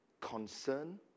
concern